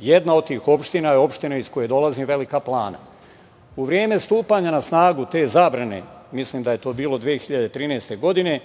Jedna od tih opština je opština iz koje dolazim, Velika Plana.U vreme stupanja na snagu te zabrane, mislim da je to bilo 2013. godine,